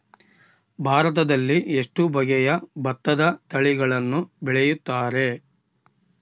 ಭಾರತದಲ್ಲಿ ಎಷ್ಟು ಬಗೆಯ ಭತ್ತದ ತಳಿಗಳನ್ನು ಬೆಳೆಯುತ್ತಾರೆ?